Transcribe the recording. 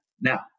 Now